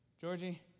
Georgie